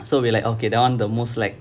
so we like okay that [one] the most slack